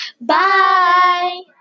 Bye